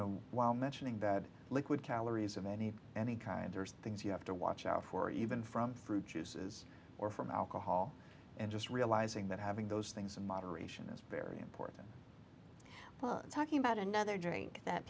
know while mentioning that liquid calories of any any kind there is things you have to watch out for even from fruit juices or from alcohol and just realizing that having those things in moderation is very important but talking about another drink that